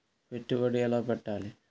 పెట్టుబడి ఎలా పెట్టాలి?